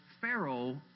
Pharaoh